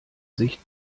sicht